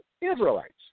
Israelites